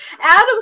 Adam